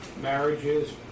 marriages